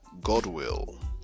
Godwill